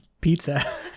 pizza